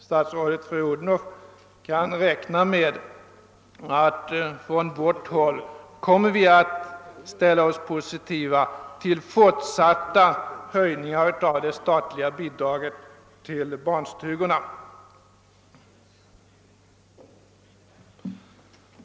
Statsrådet fru Odhnoff kan räkna med att vi från vårt håll kommer att ställa oss positiva till fortsatta höjningar av det statliga bidraget till barnstugorna.